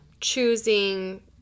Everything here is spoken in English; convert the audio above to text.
choosing